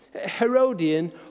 Herodian